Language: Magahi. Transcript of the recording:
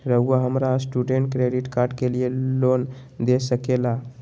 रहुआ हमरा स्टूडेंट क्रेडिट कार्ड के लिए लोन दे सके ला?